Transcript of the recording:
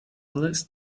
least